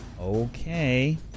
Okay